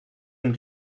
ein